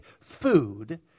food